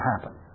happen